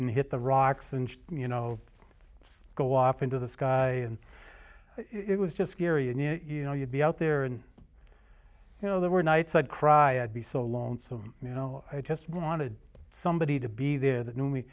and hit the rocks and you know go off into the sky and it was just scary and you know you'd be out there and you know there were nights i'd cry i'd be so lonesome you know i just wanted somebody to be there that knew me